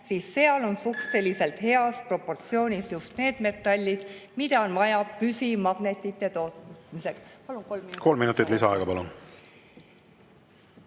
siis seal on suhteliselt heas proportsioonis just need metallid, mida on vaja püsimagnetite tootmiseks. Palun kolm minutit lisaaega.